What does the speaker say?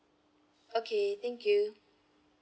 okay thank you